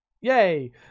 yay